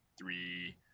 three